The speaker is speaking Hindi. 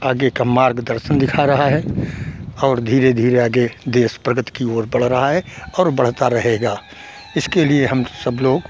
आगे का मार्गदर्शन दिखा रहा है और धीरे धीरे आगे देश प्रगति की ओर बढ़ रहा है और बढ़ता रहेगा इसके लिए हम सब लोग